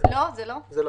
זה יותר